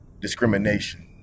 discrimination